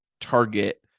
target